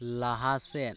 ᱞᱟᱦᱟ ᱥᱮᱫ